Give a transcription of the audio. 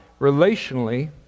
relationally